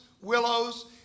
willows